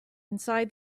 inside